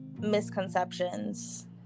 misconceptions